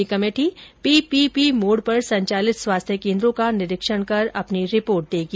यह committee PPP mode पर संचालित स्वास्थ्य केंद्रों का निरीक्षण कर अपनी रिपोर्ट देगी